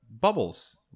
bubbles